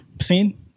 seen